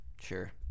sure